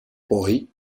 poi